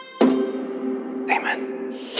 Amen